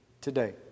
today